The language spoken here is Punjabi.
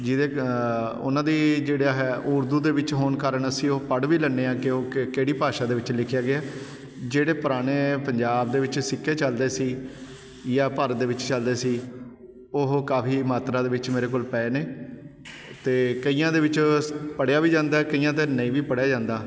ਜਿਹਦੇ ਉਹਨਾਂ ਦੀ ਜਿਹੜਾ ਹੈ ਉਹ ਉਰਦੂ ਦੇ ਵਿੱਚ ਹੋਣ ਕਾਰਨ ਅਸੀਂ ਉਹ ਪੜ੍ਹ ਵੀ ਲੈਂਦੇ ਹਾਂ ਕਿ ਓਹ ਕਿਹੜੀ ਭਾਸ਼ਾ ਦੇ ਵਿੱਚ ਲਿਖਿਆ ਗਿਆ ਜਿਹੜੇ ਪੁਰਾਣੇ ਪੰਜਾਬ ਦੇ ਵਿੱਚ ਸਿੱਕੇ ਚੱਲਦੇ ਸੀ ਜਾਂ ਭਾਰਤ ਦੇ ਵਿੱਚ ਚੱਲਦੇ ਸੀ ਉਹ ਕਾਫੀ ਮਾਤਰਾ ਦੇ ਵਿੱਚ ਮੇਰੇ ਕੋਲ ਪਏ ਨੇ ਅਤੇ ਕਈਆਂ ਦੇ ਵਿੱਚ ਪੜ੍ਹਿਆ ਵੀ ਜਾਂਦਾ ਏ ਕਈਆਂ ਦੇ ਨਹੀਂ ਵੀ ਪੜ੍ਹਿਆ ਜਾਂਦਾ